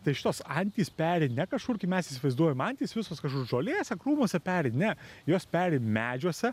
tai šitos antys peri ne kažkur kaip mes įsivaizduojam antys visos kažkur žolėse krūmuose peri ne jos peri medžiuose